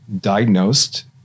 diagnosed